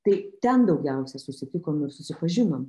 tai ten daugiausia susitikom ir susipažinom